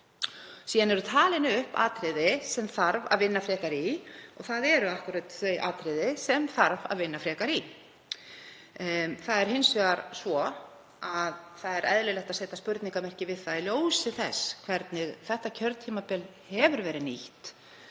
Síðan eru talin upp atriði sem vinna þurfi frekar í, og það eru akkúrat þau atriði sem þarf að vinna frekar í. Hins vegar er eðlilegt að setja spurningarmerki við það, í ljósi þess hvernig þetta kjörtímabil hefur verið nýtt,